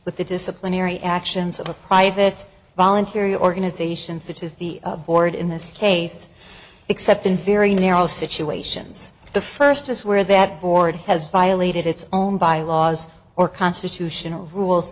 with the disciplinary actions of a private voluntary organizations such as the board in this case except in very narrow situations the first is where that board has violated its own bylaws or constitutional rules